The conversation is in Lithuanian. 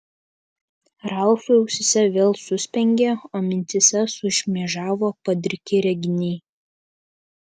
ralfui ausyse vėl suspengė o mintyse sušmėžavo padriki reginiai